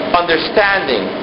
understanding